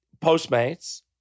Postmates